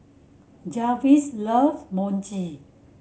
Jarvis love Mochi